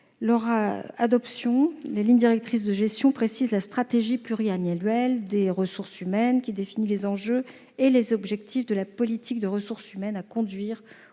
territoriale. Ces lignes directrices doivent déterminer la stratégie pluriannuelle des ressources humaines, qui définit les enjeux et les objectifs de la politique de ressources humaines à conduire